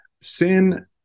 sin